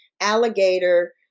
alligator